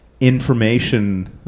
information